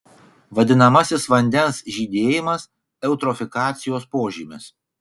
vadinamasis vandens žydėjimas eutrofikacijos požymis